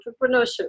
entrepreneurship